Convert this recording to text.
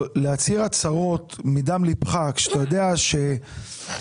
להצהיר הצהרות מדם ליבך כשאתה יודע שהן